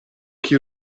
chi